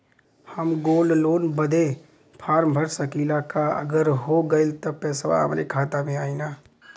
हम gold loan बड़े form भर सकी ला का अगर हो गैल त पेसवा हमरे खतवा में आई ना?